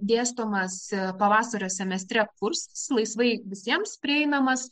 dėstomas pavasario semestre kursas laisvai visiems prieinamas